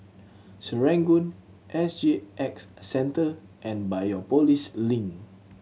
Serangoon S G X Centre and Biopolis Link